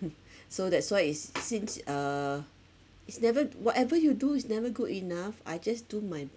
so that's why is since uh is never whatever you do is never good enough I just do my